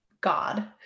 God